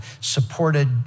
supported